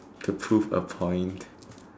to prove a point